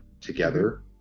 together